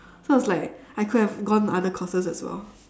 so I was like I could have gone other courses as well